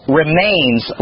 remains